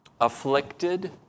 afflicted